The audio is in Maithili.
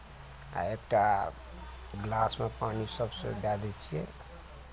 आ एक टा गिलासमे पानि सभ से दए दै छियै